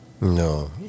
No